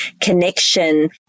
connection